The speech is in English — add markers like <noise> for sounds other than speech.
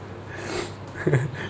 <laughs>